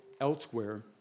elsewhere